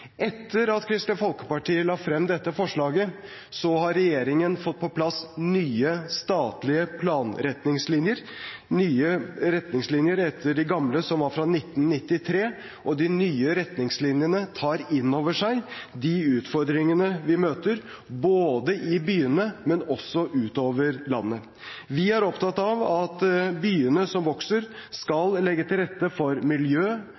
Etter at Kristelig Folkeparti la frem dette forslaget, har regjeringen fått på plass nye statlige planretningslinjer – nye retningslinjer etter de gamle, som var fra 1993. De nye retningslinjene tar innover seg de utfordringene vi møter både i byene og utover landet. Vi er opptatt av at byene som vokser, skal legge til rette for miljø,